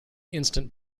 instant